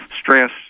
stress